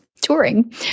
touring